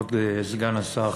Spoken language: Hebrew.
כבוד סגן השר,